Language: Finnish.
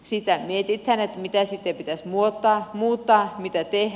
sitä mietitään että mitä sitten pitäisi muuttaa mitä tehdä